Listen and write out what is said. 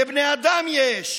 לבני האדם יש.